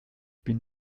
bin